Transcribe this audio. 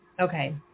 Okay